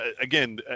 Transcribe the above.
again –